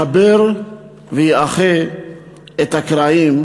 שיחבר ויאחה את הקרעים,